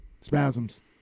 Spasms